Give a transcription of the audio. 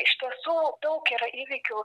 iš tiesų daug yra įvykių